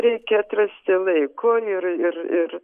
reikia atrasti laiko ir ir ir